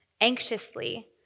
anxiously